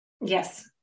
Yes